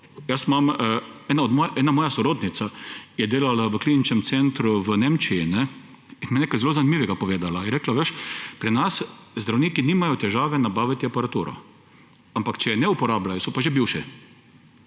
delo, ena moja sorodnica je delala v kliničnem centru v Nemčiji in mi je nekaj zelo zanimivega povedala. Je rekla: Veš, pri nas zdravniki nimajo težave nabaviti aparaturo, ampak če je ne uporabljajo, so pa že bivši.